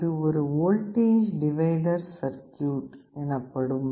இது ஒரு voltage divider circuit எனப்படும்